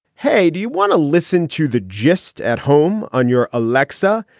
hey, do you want to listen to the gist at home on your aleksa?